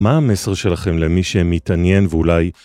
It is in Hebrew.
מה המסר שלכם למי שמתעניין ואולי...